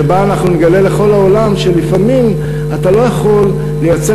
שבה אנחנו נגלה לכל העולם שלפעמים אתה לא יכול לייצר